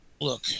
look